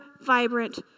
vibrant